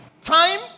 time